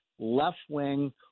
left-wing